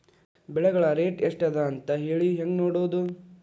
ಬೆಳೆಗಳ ರೇಟ್ ಎಷ್ಟ ಅದ ಅಂತ ಹೇಳಿ ಹೆಂಗ್ ನೋಡುವುದು?